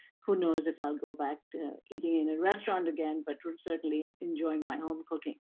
who knows if i'll go back to eating in a restaurant again, but certainly enjoying my own cooking.